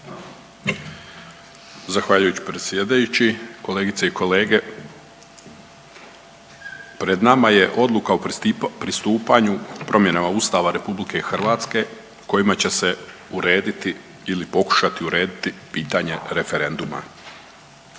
Zahvaljujem predsjedajući, kolegice i kolege. Pred nama je Odluka o pristupanju promjene Ustava Republike Hrvatske kojima će se urediti ili pokušati urediti pitanje referenduma.